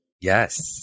Yes